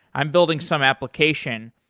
i'm building some application,